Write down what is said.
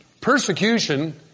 persecution